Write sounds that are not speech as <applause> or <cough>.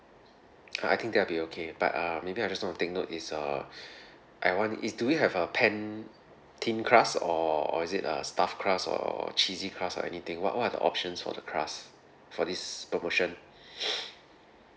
uh I think that'll be okay but uh maybe I just want to take note is uh I want it is do we have uh pan thin crust or or is it uh stuffed crust or cheesy crust or anything what what are the options for the crust for this promotion <noise>